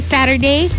Saturday